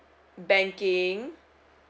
banking